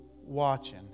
watching